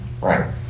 right